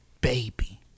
baby